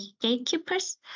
gatekeepers